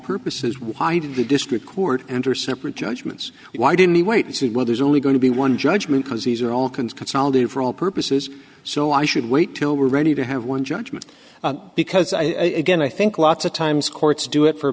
purposes why did the district court under separate judgments why didn't he wait and see well there's only going to be one judgment because these are all consolidated for all purposes so i should wait till we're ready to have one judgment because i again i think lots of times courts do it for a